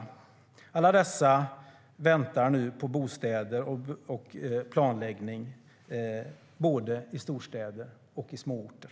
Alla dessa väntar nu på bostäder och planläggning både i storstäder och i småorter.